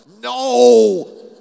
no